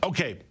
Okay